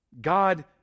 God